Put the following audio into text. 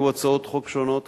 היו הצעות חוק שונות,